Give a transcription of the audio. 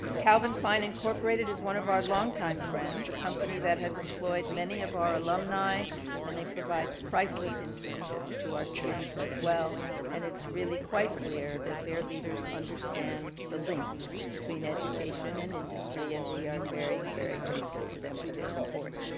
calvin klein incorporated incorporated is one of our longtime friends, a company that has employed many of our alumni and they provide priceless internships to our students as well and it's really quite clear that their leaders understand the link between education and industry and we are very very grateful to them for their support.